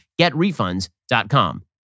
GetRefunds.com